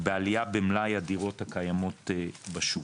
בעלייה במלאי הדירות הקיימות בשוק.